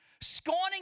scorning